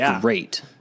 great